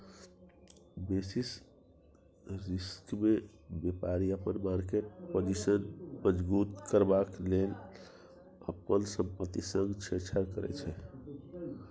basis रिस्कमे बेपारी अपन मार्केट पाजिशन मजगुत करबाक लेल अपन संपत्ति संग छेड़छाड़ करै छै